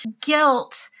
guilt—